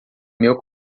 meu